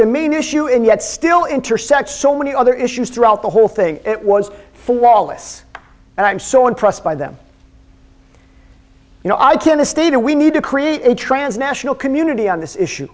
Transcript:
the main issue and yet still intersects so many other issues throughout the whole thing it was flawless and i'm so impressed by them you know i kinda stated we need to create a trans national community on this issue